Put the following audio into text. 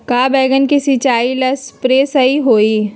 का बैगन के सिचाई ला सप्रे सही होई?